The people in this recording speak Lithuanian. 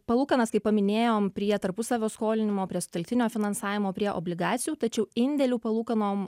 palūkanas kaip paminėjom prie tarpusavio skolinimo prie sutelktinio finansavimo prie obligacijų tačiau indėlių palūkanom